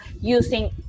using